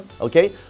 Okay